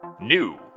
New